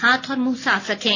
हाथ और मुंह साफ रखें